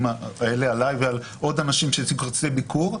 האלה עליי ועל עוד אנשים שהציגו כרטיסי ביקור,